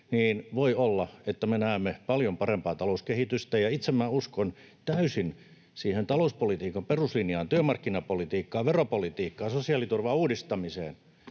niin voi olla, että me näemme paljon parempaa talouskehitystä. Itse minä uskon täysin talouspolitiikan peruslinjaan, työmarkkinapolitiikkaan, veropolitiikkaan, sosiaaliturvan uudistamiseen